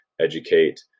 educate